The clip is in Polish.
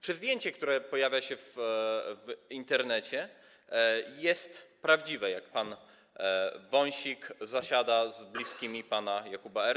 Czy zdjęcie, które pojawia się w Internecie, jest prawdziwe, jak pan Wąsik zasiada z bliskimi pana Jakuba R.